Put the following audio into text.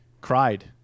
cried